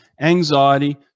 anxiety